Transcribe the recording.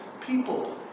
people